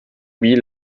wie